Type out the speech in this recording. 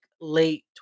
late